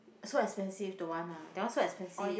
so expensive don't want lah that one so expensive